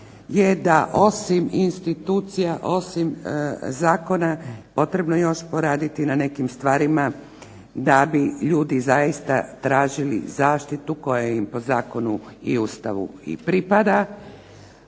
je da osim institucija, osim zakona potrebno još poraditi na nekim stvarima da bi ljudi zaista tražili zaštitu koja im po zakonu i Ustavu i pripada,